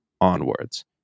onwards